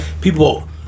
people